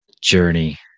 Journey